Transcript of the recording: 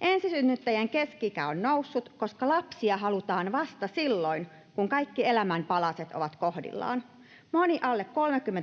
Ensisynnyttä-jien keski-ikä on noussut, koska lapsia halutaan vasta silloin, kun kaikki elämän palaset ovat kohdillaan. Moni alle